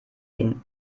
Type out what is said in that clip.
den